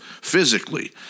physically